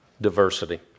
Diversity